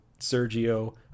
Sergio